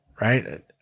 Right